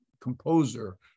composer